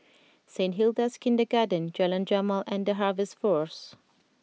Saint Hilda's Kindergarten Jalan Jamal and The Harvest Force